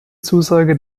zusage